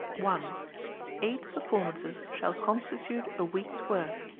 one eight performances shall constitute a week's work.